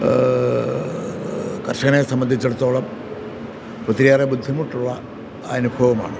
കർഷകനെ സംബന്ധിച്ചിടത്തോളം ഒത്തിരിയേറെ ബുദ്ധിമുട്ടുള്ള അനുഭവമാണ്